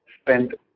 spend